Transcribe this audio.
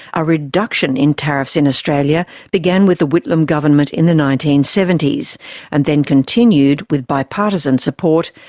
a reduction in tariffs in australia began with the whitlam government in the nineteen seventy s and then continued with bipartisan support,